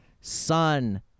Son